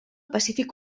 pacífic